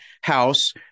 house